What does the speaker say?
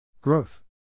Growth